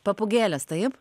papūgėlės taip